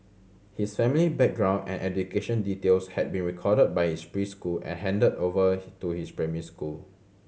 his family background and education details had been recorded by his preschool and handed over to his primary school